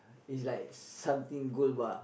is like something gold bar